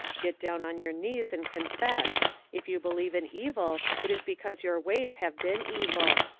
get down on your knees and confess if you believe in evil it is because your ways have been evil.